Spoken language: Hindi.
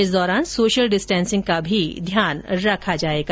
इस दौरान सोशल डिस्टेसिंग का भी ध्यान रखा जाएगा